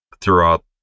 throughout